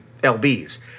LBs